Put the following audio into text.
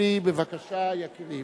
אלי, בבקשה, יקירי.